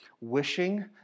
wishing